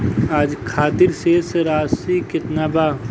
आज खातिर शेष राशि केतना बा?